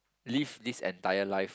leave least entire life